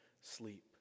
sleep